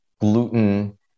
gluten